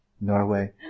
Norway